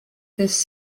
this